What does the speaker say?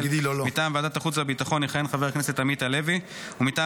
מטעם ועדת החוץ והביטחון יכהן חבר הכנסת עמית הלוי ומטעם